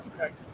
okay